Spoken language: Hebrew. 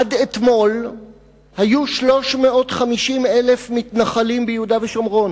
עד אתמול היו 350,000 מתנחלים ביהודה ושומרון,